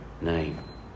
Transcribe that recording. name